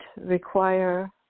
require